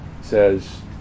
says